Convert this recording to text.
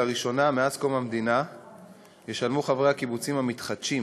לראשונה מאז קום המדינה ישלמו חברי הקיבוצים המתחדשים